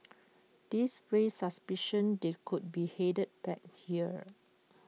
this raised suspicion they could be headed back here